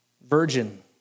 Virgin